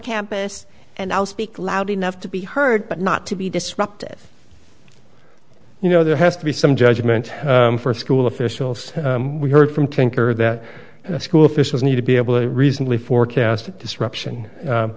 campus and i'll speak loud enough to be heard but not to be disruptive you know there has to be some judgment for school officials we heard from tinker that school officials need to be able to reasonably forecast disruption